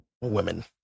women